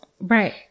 Right